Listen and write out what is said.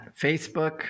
Facebook